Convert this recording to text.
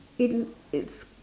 it it's